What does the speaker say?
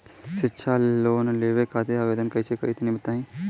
शिक्षा लोन लेवे खातिर आवेदन कइसे करि तनि बताई?